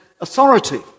Authority